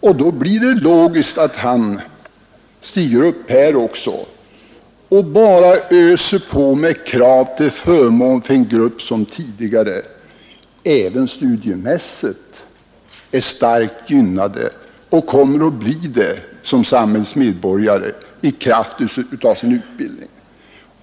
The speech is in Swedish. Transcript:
och då blir det logiskt att han stiger upp nu också och bara öser på med krav till förmån för en grupp som tidigare — även studiemässigt — är starkt gynnad och kommer att bli det som samhällsmedborgare i kraft av sin utbildning.